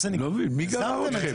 לא מבין, מי גרר אתכם?